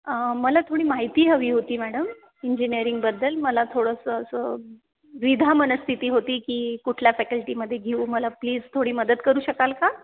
अ मला थोडी माहिती हवी होती मॅडम इंजिनीअरिंगबद्दल मला थोडंसं असं द्विधा मनस्थिती होती की कुठल्या फॅकल्टीमध्ये घेऊ मला प्लीज थोडी मदत करू शकाल का